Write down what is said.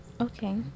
Okay